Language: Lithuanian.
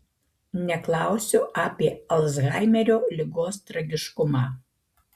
neklausiu apie alzhaimerio ligos tragiškumą